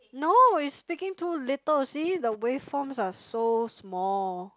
no is speaking too little see the wave forms are so small